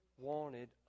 wanted